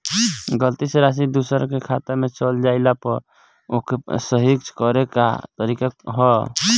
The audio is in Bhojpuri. गलती से राशि दूसर के खाता में चल जइला पर ओके सहीक्ष करे के का तरीका होई?